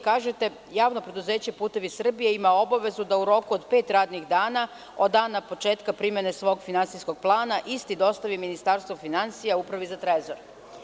Kažete: „Javno preduzeće „Putevi Srbije“ ima obavezu da u roku od pet radnih dana od dana početka primene svog finansijskog plana isti dostavi Ministarstvu finansija Upravi za trezor“